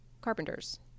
carpenters